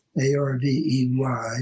A-R-V-E-Y